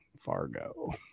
Fargo